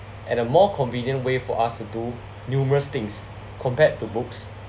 and a more convenient way for us to do numerous things compared to books